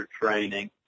training